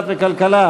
דת וכלכלה.